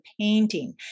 painting